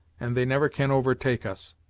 and they never can overtake us.